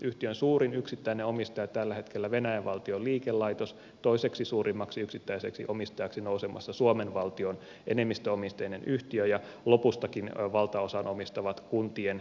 yhtiön suurin yksittäinen omistaja tällä hetkellä on venäjän valtion liikelaitos toiseksi suurimmaksi yksittäiseksi omistajaksi on nousemassa suomen valtion enemmistöomisteinen yhtiö ja lopustakin valtaosan omistavat kuntien energialaitokset